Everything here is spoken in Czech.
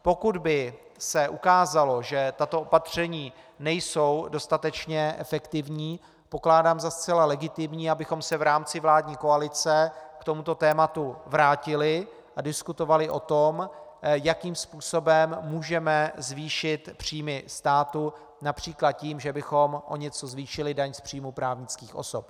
Pokud by se ukázalo, že tato opatření nejsou dostatečně efektivní, pokládám za zcela legitimní, abychom se v rámci vládní koalice k tomuto tématu vrátili a diskutovali o tom, jakým způsobem můžeme zvýšit příjmy státu např. tím, že bychom o něco zvýšili daň z příjmu právnických osob.